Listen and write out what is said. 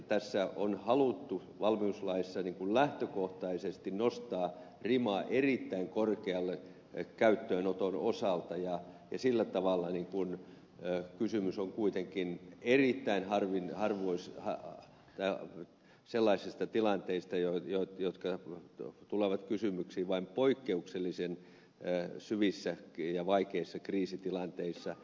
tässä valmiuslaissa on haluttu lähtökohtaisesti nostaa rima erittäin korkealle käyttöönoton osalta ja sillä tavalla kysymys on kuitenkin sellaisista tilanteista jotka tulevat kysymykseen vain poikkeuksellisen syvissä ja vaikeissa kriisitilanteissa